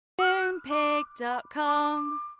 Moonpig.com